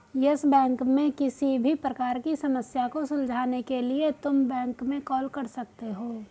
yes Bank में किसी भी प्रकार की समस्या को सुलझाने के लिए तुम बैंक में कॉल कर सकते हो